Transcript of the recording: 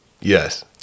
Yes